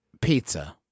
pizza